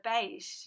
beige